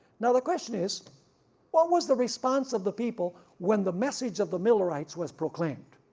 now the question is what was the response of the people when the message of the millerites was proclaimed.